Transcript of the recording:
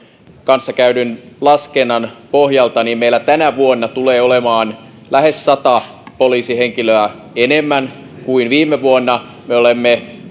kanssa käydyn laskennan pohjalta meillä tänä vuonna tulee olemaan lähes sata poliisihenkilöä enemmän kuin viime vuonna me olemme